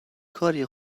کاریه